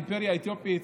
האימפריה האתיופית,